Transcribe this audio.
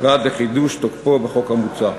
ועד חידוש תוקפו בחוק המוצע.